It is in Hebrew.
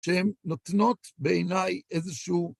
שהן נותנות בעיניי איזשהו...